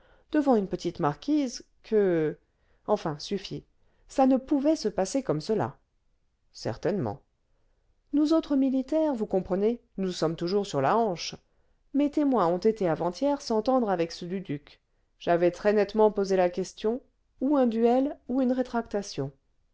devant une petite marquise que enfin suffit ça ne pouvait se passer comme cela certainement nous autres militaires vous comprenez nous sommes toujours sur la hanche mes témoins ont été avant-hier s'entendre avec ceux du duc j'avais très nettement posé la question ou un duel ou une rétractation